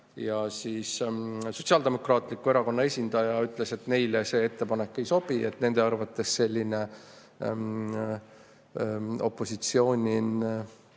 arvata. Sotsiaaldemokraatliku Erakonna esindaja ütles, et neile see ettepanek ei sobi, nende arvates selline opositsiooni